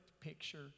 picture